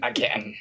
Again